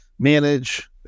manage